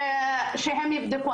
שהם יבדקו.